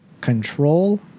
Control